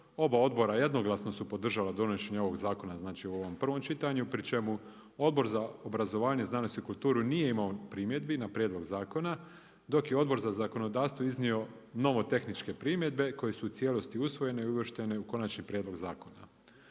oba odbora jednoglasno su podržala donošenje ovog zakona, znači u ovom prvom čitanju, pri čemu, Odbor za obrazovanje, znanosti i kulturu, nije imao primjedbi na prijedlog zakona, dok je Odbor za zakonodavstvo iznio novo tehničke primjedbe koje su u cijelosti usvojene i uvrštene u konačni prijedlog zakona.